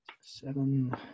seven